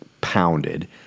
pounded